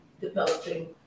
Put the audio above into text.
developing